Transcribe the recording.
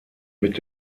mit